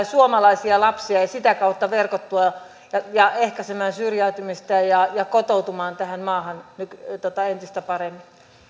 suomalaisia lapsia ja ja sitä kautta verkottumaan ja ehkäisemään syrjäytymistä ja ja kotoutumaan tähän maahan entistä paremmin